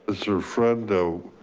ah sort of friend though,